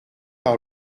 par